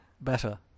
better